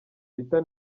peter